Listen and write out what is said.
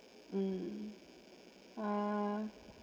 mm ah